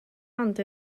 ond